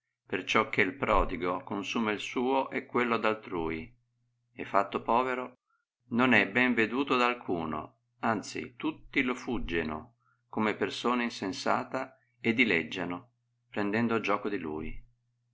avarizia perciò che prodigo consuma il suo e quello d'altrui e fatto povero non è ben veduto da alcuno anzi tutti lo fuggieno come persona insensata e dileggiano prendendo gioco di lui